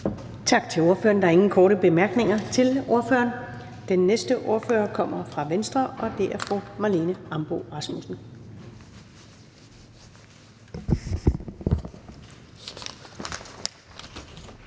ordfører. Der er ingen korte bemærkninger til ordføreren. Den næste ordfører kommer fra Venstre, og det er hr. Mads Fuglede.